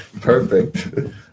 Perfect